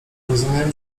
rozumiem